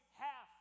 half